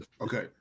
okay